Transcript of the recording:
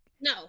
no